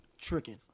tricking